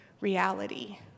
reality